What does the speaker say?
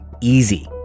easy